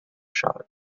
shot